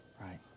right